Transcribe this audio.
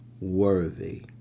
worthy